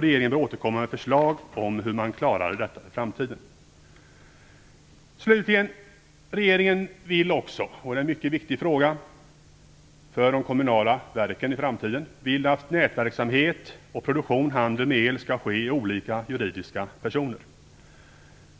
Regeringen bör återkomma med förslag om hur man klarar detta i framtiden. Regeringen vill också, och det är en mycket viktig fråga för de kommunala verken i framtiden, att nätverksamhet och produktion/handel med el skall ske i olika juridiska personer.